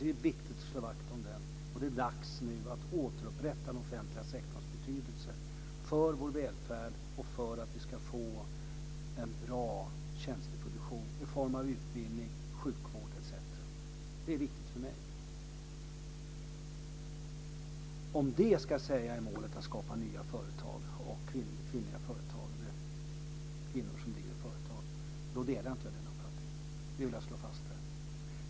Det är nu dags att återupprätta den offentliga sektorns betydelse för vår välfärd och för att vi ska få en bra tjänsteproduktion i form av utbildning, sjukvård etc. Det är viktigt för mig. Om en ökad privatisering är målet för att skapa nya företag och för att öka antalet kvinnor som driver företag delar jag inte den uppfattningen, och det vill jag slå fast här.